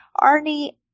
Arnie